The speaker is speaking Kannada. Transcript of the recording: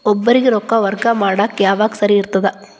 ಒಬ್ಬರಿಗ ರೊಕ್ಕ ವರ್ಗಾ ಮಾಡಾಕ್ ಯಾವಾಗ ಸರಿ ಇರ್ತದ್?